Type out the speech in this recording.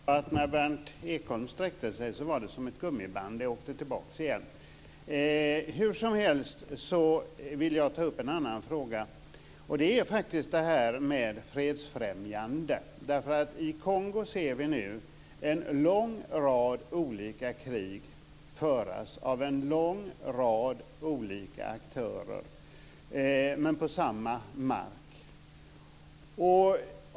Fru talman! Då är det alldeles uppenbart att när Berndt Ekholm sträckte sig var det som ett gummiband. Det åkte tillbaka igen. Jag vill ta upp en annan fråga, och det är detta med fredsfrämjande. I Kongo ser vi nu en lång rad olika krig föras av en lång rad olika aktörer men på samma mark.